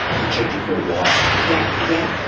he checked you for a wire? yeah. yeah.